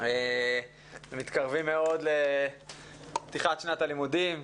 ומתקרבים מאוד לפתיחת שנת הלימודים.